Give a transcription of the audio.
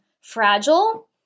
fragile